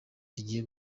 kigiye